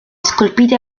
scolpite